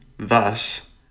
Thus